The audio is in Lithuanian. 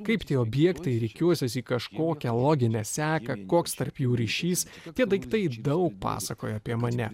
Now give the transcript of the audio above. kaip tie objektai rikiuosis į kažkokią loginę seką koks tarp jų ryšys tokie daiktai daug pasakoja apie mane